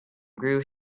groove